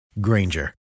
Granger